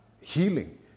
healing